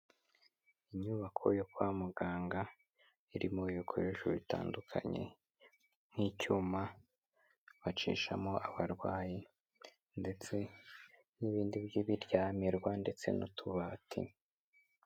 Inyubako yo kwa muganga irimo ibikoresho bitandukanye nk'icyuma bacishamo abarwayi ndetse n'ibindi by'ibiryamirwa ndetse n'utubati.